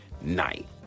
night